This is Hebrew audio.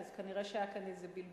אז כנראה היה כאן איזה בלבול.